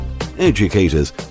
educators